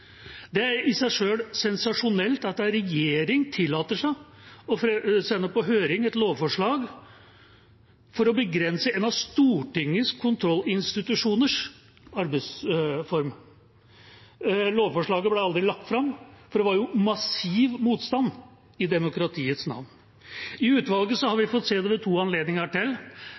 Det er i seg selv sensasjonelt at ei regjering tillater seg å sende på høring et lovforslag for å begrense en av Stortingets kontrollinstitusjoners arbeidsform. Lovforslaget ble aldri lagt fram, for det var jo massiv motstand – i demokratiets navn. I utvalget har vi fått se det ved to anledninger til.